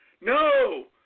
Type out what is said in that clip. no